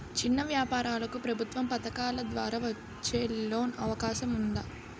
చిన్న వ్యాపారాలకు ప్రభుత్వం పథకాల ద్వారా వచ్చే లోన్ అవకాశం ఉందా?